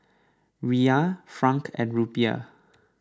Riyal Franc and Rupiah